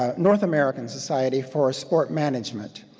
ah north american society for sport management.